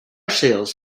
sales